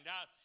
out